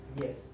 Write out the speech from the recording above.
yes